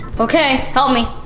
okay. help me.